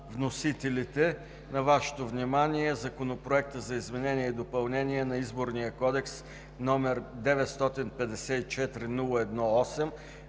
вносителите на Вашето внимание Законопроект за изменение и допълнение на Изборния кодекс, № 954-01-8,